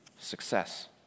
success